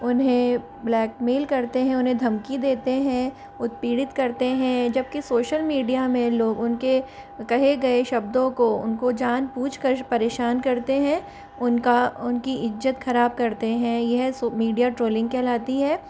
उन्हें ब्लैकमेल करते हैं उन्हें धमकी देते हैं उत्पीड़ित करते हैं जबकि सोशल मीडिया में लोग उनके कहे गए शब्दों को उनको जान बूझकर परेशान करते हैं उनका उनकी इज़्ज़त खराब करते हैं यह मीडिया ट्रोलिंग कहलाती है